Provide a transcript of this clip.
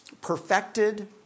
perfected